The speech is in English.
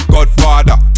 Godfather